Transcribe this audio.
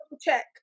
check